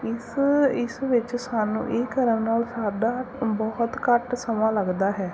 ਇਸ ਇਸ ਵਿੱਚ ਸਾਨੂੰ ਇਹ ਕਰਨ ਨਾਲ ਸਾਡਾ ਬਹੁਤ ਘੱਟ ਸਮਾਂ ਲੱਗਦਾ ਹੈ